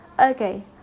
Okay